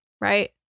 Right